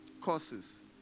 Courses